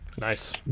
nice